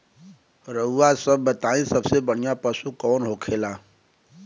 रउआ सभ बताई सबसे बढ़ियां पशु कवन होखेला?